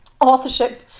Authorship